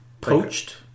Poached